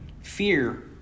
Fear